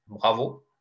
Bravo